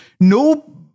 No